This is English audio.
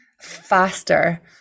faster